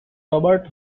robert